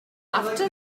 after